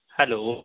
hello